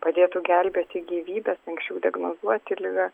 padėtų gelbėti gyvybes anksčiau diagnozuoti ligą